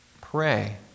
pray